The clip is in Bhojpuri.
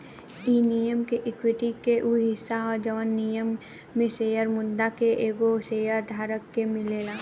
इ निगम के एक्विटी के उ हिस्सा ह जवन निगम में शेयर मुद्दा से एगो शेयर धारक के मिलेला